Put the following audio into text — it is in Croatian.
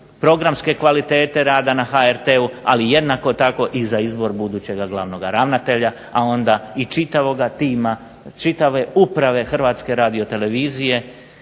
programske kvalitete rada na HRT-u, ali jednako tako i za izbor budućega glavnoga ravnatelja, a onda i čitavoga tima, čitave uprave Hrvatske radiotelevizije